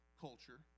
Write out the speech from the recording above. culture